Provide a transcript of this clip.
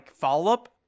follow-up